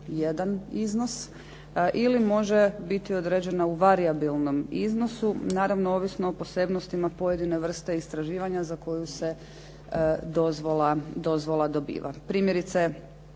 iznos ili može biti određena u varijabilnom iznosu. Naravno ovisno o posebnostima pojedine vrste istraživanja za koju se dozvola dobiva. Primjerice,